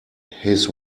his